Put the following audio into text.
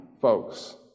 folks